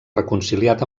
reconciliat